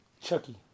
Chucky